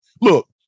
Look